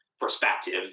perspective